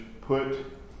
put